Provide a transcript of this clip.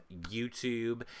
YouTube